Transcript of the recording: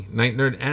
nightnerd